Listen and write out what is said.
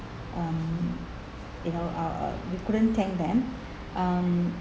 um you know uh uh we couldn't thank them um